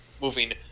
moving